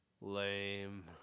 Lame